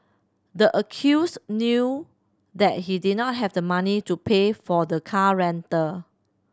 the accused knew that he did not have the money to pay for the car rental